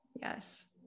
Yes